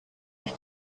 ich